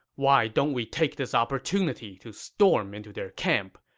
why don't we take this opportunity to storm into their camp.